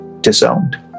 disowned